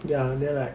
两两年 like